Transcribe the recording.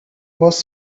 was